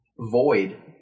Void